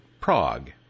Prague